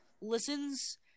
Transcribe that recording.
listens